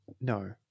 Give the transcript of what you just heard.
No